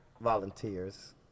volunteers